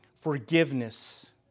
forgiveness